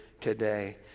today